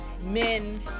men